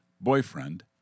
Boyfriend